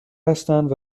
هستند